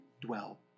dwell